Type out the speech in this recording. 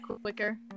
quicker